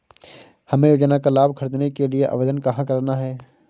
हमें योजना का लाभ ख़रीदने के लिए आवेदन कहाँ करना है?